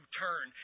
turn